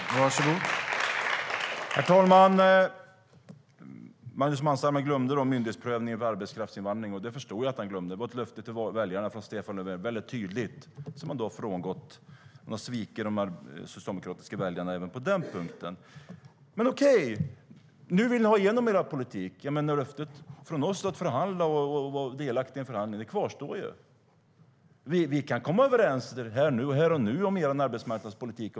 STYLEREF Kantrubrik \* MERGEFORMAT Arbetsmarknad och arbetslivNu vill ni dock ha igenom er politik. Ja, löftet från oss att förhandla och vara delaktiga i en förhandling kvarstår ju. Vi kan komma överens här och nu om er arbetsmarknadspolitik.